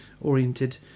oriented